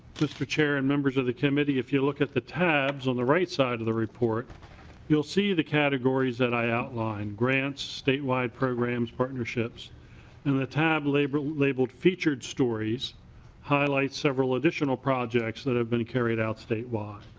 mr. chair and members of the committee if you look at the tabs on the right side of the report you will see the categories that i outlined grants statewide programs partnerships and the tab labeled labeled featured stories highlights several additional projects that been carried out statewide.